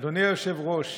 אדוני היושב-ראש,